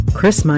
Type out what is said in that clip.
Chris